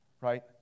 right